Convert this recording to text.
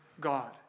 God